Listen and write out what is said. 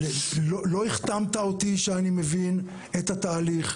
לא החתמת אותי שאני מבין את התהליך.